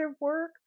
work